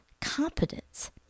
competence